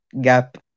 gap